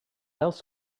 else